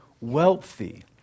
wealthy